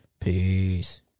Peace